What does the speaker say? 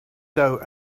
dough